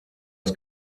das